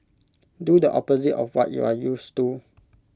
do the opposite of what you are used to